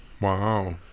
Wow